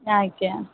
ଆଜ୍ଞା